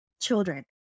children